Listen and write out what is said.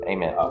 Amen